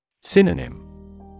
Synonym